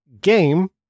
game